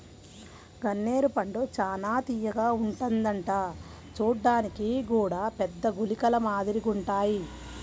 గన్నేరు పండు చానా తియ్యగా ఉంటదంట చూడ్డానికి గూడా పెద్ద గుళికల మాదిరిగుంటాయ్